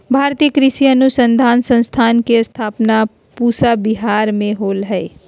भारतीय कृषि अनुसंधान संस्थान के स्थापना पूसा विहार मे होलय हल